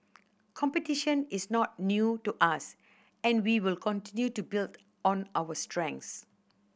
competition is not new to us and we will continue to build on our strength